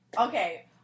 Okay